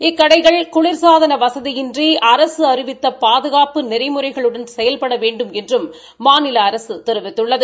இக்கடைகள் குளிர்சாதன வசதியின்றி அரசு அறிவித்த பாதுகாப்பு நெறிமுறைகளுடன் செயல்பட வேண்மென்றும் மாநில அரசு கூறியுள்ளது